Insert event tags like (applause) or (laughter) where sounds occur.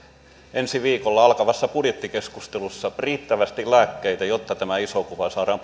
ensi viikolla alkavassa budjettikeskustelussa riittävästi lääkkeitä jotta tämä iso kuva saadaan (unintelligible)